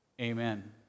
Amen